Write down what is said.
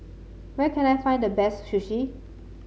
where can I find the best Sushi